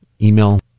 email